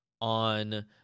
on